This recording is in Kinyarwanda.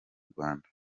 rwanda